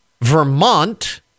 Vermont